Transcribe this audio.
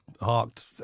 harked